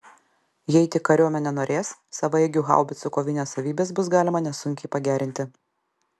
jei tik kariuomenė norės savaeigių haubicų kovinės savybės bus galima nesunkiai pagerinti